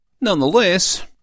Nonetheless